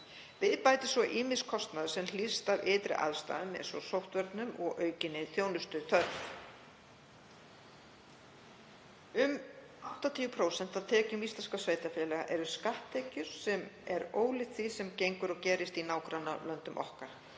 Við bætist svo ýmis kostnaður sem hlýst af ytri aðstæðum eins og sóttvörnum og aukinni þjónustuþörf. Um 80% af tekjum íslenskra sveitarfélaga eru skatttekjur sem er ólíkt því sem gengur og gerist í nágrannalöndum okkar,